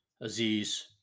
Aziz